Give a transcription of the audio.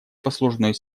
послужной